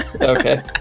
Okay